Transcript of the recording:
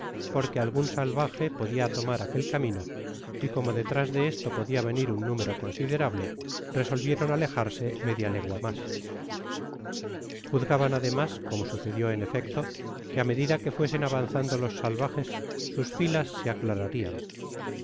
porque algun salvaje podia tomar aquel camino y como detrás de esto podia venir un número considerable resolvieron alejarse media legua mas juzgaban ademas como sucedió en efecto que á medida que fuesen avanzando los salvajes sus filas se aclararian